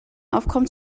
aufkommt